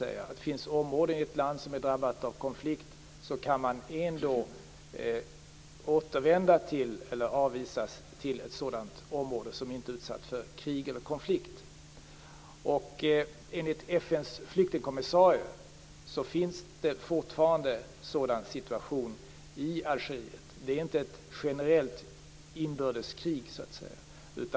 Om områden i ett land är drabbade av konflikt kan man ändå återvända eller avvisas till områden som inte är utsatta för krig eller konflikt. Enligt FN:s flyktingkommissarie finns det fortfarande en sådan situation i Algeriet. Det är inte ett generellt inbördeskrig som pågår.